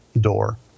door